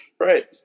Right